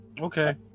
Okay